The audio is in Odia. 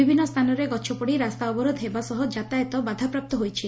ବିଭିନ୍ନ ସ୍ଥାନରେ ଗଛପଡ଼ି ରାସ୍ତା ଅବରୋଧ ହେବା ସହ ଯାତାୟତ ବାଧାପ୍ରାପ୍ତ ହୋଇଛି